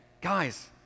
guys